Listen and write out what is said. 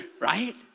right